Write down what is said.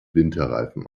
winterreifen